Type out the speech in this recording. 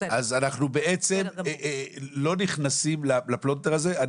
אז אנחנו בעצם לא נכנסים לפלונטר הזה.